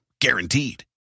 Guaranteed